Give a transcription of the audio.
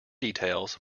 details